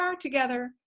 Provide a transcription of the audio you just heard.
together